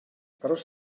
aros